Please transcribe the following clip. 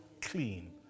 clean